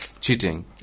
cheating